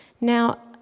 Now